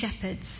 shepherds